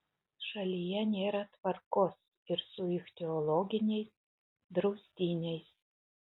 šalyje nėra tvarkos ir su ichtiologiniais draustiniais